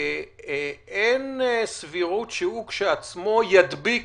אין סבירות שהוא ידביק